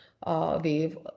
Wave